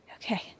Okay